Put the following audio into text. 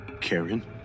Karen